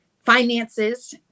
finances